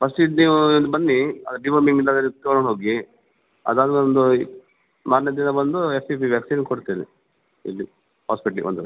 first ಇದು ನೀವು ಬನ್ನಿ ಡಿವೋಮಿಂಗ್ ತಗೊಂಡು ಹೋಗಿ ಅದಾದ ಮೇಲೊಂದು ಮಾರನೇ ದಿನ ಬಂದು ಎಫ್ ಪಿ ಪಿ ವ್ಯಾಕ್ಸೀನ್ ಕೊಡ್ತೇನೆ ಇಲ್ಲಿ ಹಾಸ್ಪಿಟ್ಲಿಗೆ ಬಂದರೆ